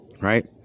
right